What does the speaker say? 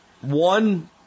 One